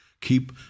keep